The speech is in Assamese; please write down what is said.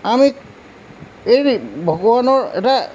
আমি ভগৱানৰ এটা